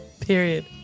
Period